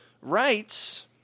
Rights